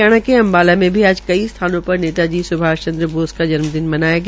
हरियाणा के अम्बाला में भी आज कई स्थानों पर नेताजी सुभाष चन्द्र बोस का जन्म दिन मनाया गया